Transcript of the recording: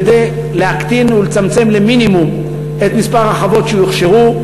כדי להקטין ולצמצם למינימום את מספר החוות שיוכשרו.